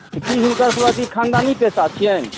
तऽ की हिनकरसभक ई खानदानी पेशा छियनि